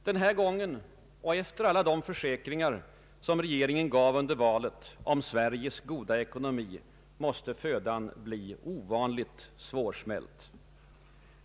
Den här gången, och efter alla de försäkringar regeringen gav under valet om Sveriges goda ekonomi, måste dock födan bli ovanligt svårsmält.